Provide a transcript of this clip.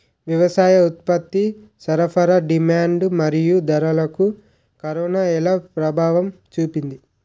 వ్యవసాయ ఉత్పత్తి సరఫరా డిమాండ్ మరియు ధరలకు కరోనా ఎలా ప్రభావం చూపింది